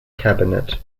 cabinet